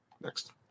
Next